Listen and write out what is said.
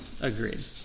Agreed